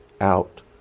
out